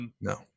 No